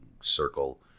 circle